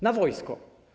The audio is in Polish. Na wojsko.